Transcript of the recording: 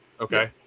okay